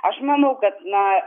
aš manau kad na